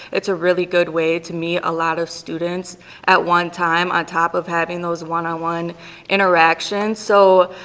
it's a really good way to meet a lot of students at one time on top of having those one on one interactions. so,